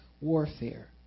warfare